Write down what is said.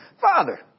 Father